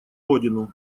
родину